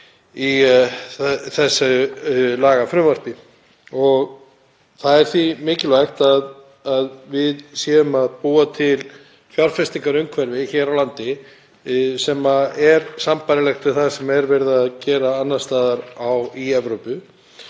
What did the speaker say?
í þessu lagafrumvarpi. Það er því mikilvægt að við séum að búa til fjárfestingarumhverfi hér á landi sem er sambærilegt við það sem verið er að gera annars staðar í Evrópu